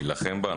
להילחם בה.